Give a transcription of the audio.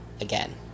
again